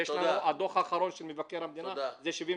ויש את הדוח האחרון של מבקר המדינה ש-75%